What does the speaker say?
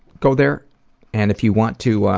go there and if you want to,